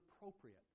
appropriate